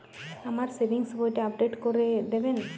আমার সেভিংস বইটা আপডেট করে দেবেন?